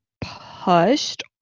pushed